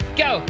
go